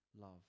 love